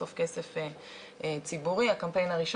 זה על סמך פרטי הרכב והחייב ברישומי רשות